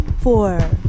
four